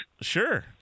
Sure